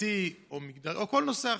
דתי או כל נושא אחר.